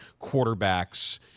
quarterbacks